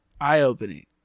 eye-opening